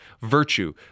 virtue